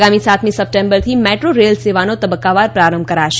આગામી સાતમી સપ્ટેમ્બરથી મેટ્રો રેલ સેવાનો તબક્કાવાર પ્રારંભ કરાશે